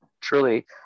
truly